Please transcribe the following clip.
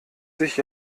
sich